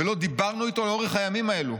ולא דיברנו איתו לאורך הימים האלו